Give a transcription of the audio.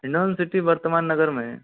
Hindaun city वर्तमान नगर में